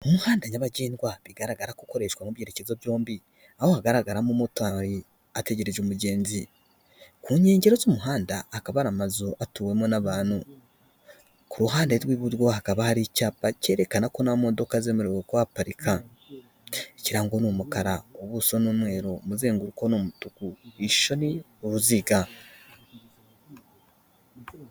Umuhanda nyabagendwa bigaragara ko ukoreshwa mu byerekezo byombi, aho hagaragaramo motari ategereje umugenzi, ku nkengero z'umuhanda akaba ari amazu atuwemo n'abantu. K'uruhande rw'iburyo hakaba hari icyapa cyerekana ko nta modoka zemerewe kwaparika icyapa n'umukara ubuso n'umweru, umuzenguruko n'umutuku, ishusho ni uruziga.